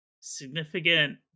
significant